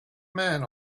man